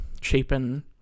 cheapen